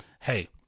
hey